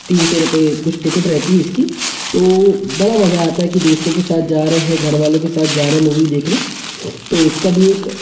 तीन सौ रूपए कुछ टिकेट रहती है इसकी तो बड़ा मजा आता है कि दोस्तों के साथ जा रहें हैं घर वालों के साथ जा रहे है मूवी देखने तो उसका भी एक